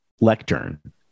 lectern